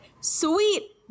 sweet